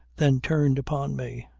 then turned upon me,